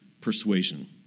persuasion